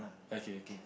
okay